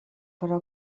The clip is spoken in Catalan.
però